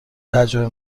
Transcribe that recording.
تجربه